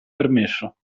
permesso